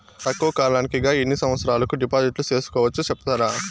తక్కువ కాలానికి గా ఎన్ని సంవత్సరాల కు డిపాజిట్లు సేసుకోవచ్చు సెప్తారా